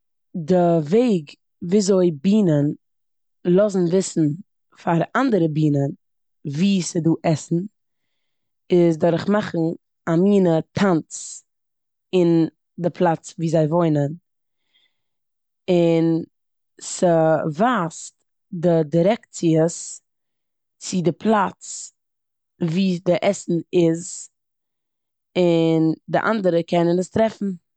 די וועג וויאזוי בינען לאזן וויסן פאר אנדערע בינען ווי ס'דא עסן איז דורך מאכן א מינע טאנץ אין די פלאץ ווי זיי וואוינען און ס'ווייזט די דירעקציעס צו די פלאץ ווי די עסן איז און די אנדערע קענען עס טרעפן.